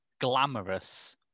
glamorous